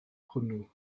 hwnnw